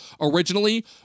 originally